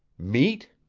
meat?